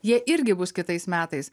jie irgi bus kitais metais